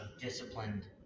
disciplined